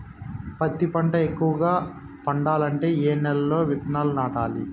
పత్తి పంట ఎక్కువగా పండాలంటే ఏ నెల లో విత్తనాలు నాటాలి?